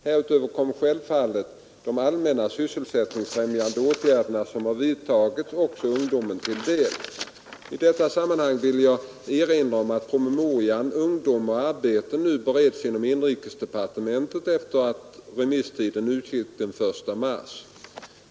Härutöver kommer självfallet de allmänna sysselsättningsfrämjande åtgärder som har vidtagits också ungdomen till del. I detta sammanhang vill jag erinra om att promemorian Ungdom och arbete nu bereds inom inrikesdepartementet efter det att remisstiden utgick den 1 mars.